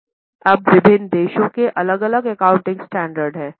अब विभिन्न देशों के अलग अलग एकाउंटिंग स्टैंडर्ड हैं